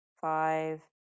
five